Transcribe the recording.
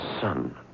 son